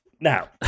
Now